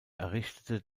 errichtete